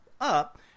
up